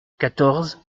quatorze